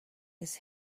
his